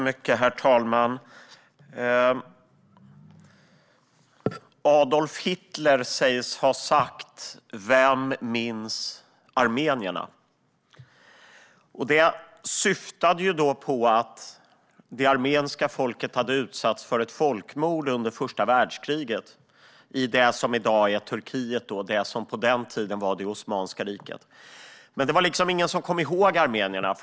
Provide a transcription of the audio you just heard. Herr talman! Adolf Hitler sägs ha sagt: Vem minns armenierna? Det armeniska folket hade utsatts för folkmord under första världskriget, i det som i dag är Turkiet och som på den tiden var Osmanska riket. Men det var ingen som kom ihåg armenierna.